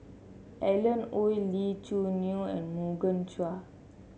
Alan Oei Lee Choo Neo and Morgan Chua